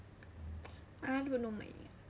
I don't know man